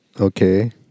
Okay